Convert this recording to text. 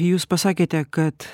jūs pasakėte kad